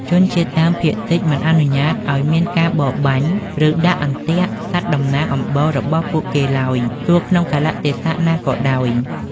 ជនជាតិដើមភាគតិចមិនអនុញ្ញាតឱ្យមានការបរបាញ់ ឬដាក់អន្ទាក់សត្វតំណាងអំបូររបស់ពួកគេឡើយ ទោះក្នុងកាលៈទេសៈណាក៏ដោយ។